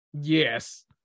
Yes